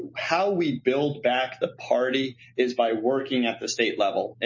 and how we build back the party is by working at the state level.